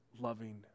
loving